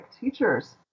teachers